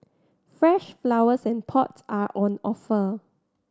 fresh flowers and pot are on offer